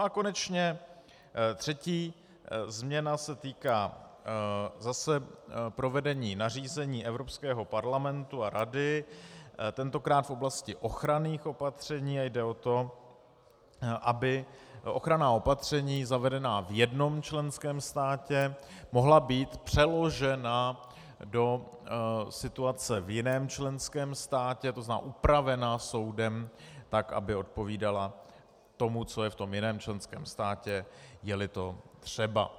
A konečně třetí změna se týká zase provedení nařízení Evropského parlamentu a Rady, tentokrát v oblasti ochranných opatření, a jde o to, aby ochranná opatření zavedená v jednom členském státě mohla být přeložena do situace v jiném členském státě, tzn. upravena soudem tak, aby odpovídala tomu, co je v jiném členském státě, jeli to třeba.